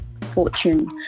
fortune